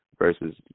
versus